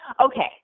Okay